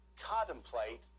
contemplate